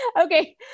Okay